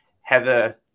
Heather